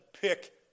pick